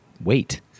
wait